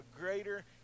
greater